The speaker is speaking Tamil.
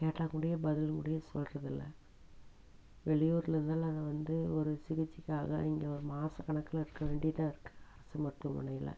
கேட்டால் கூடேயே பதில் கூடேயே சொல்கிறதில்ல வெளியூரிலேருந்து நாங்கள் வந்து ஒரு சிகிச்சைக்காக இங்கே மாத கணக்கில் இருக்க வேண்டியதாக இருக்குது அரசு மருத்துவமனையில்